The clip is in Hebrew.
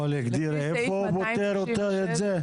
אבל, הגדיר איפה הוא פוטר את זה?